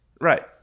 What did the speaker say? Right